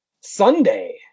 Sunday